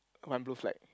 mine blue flag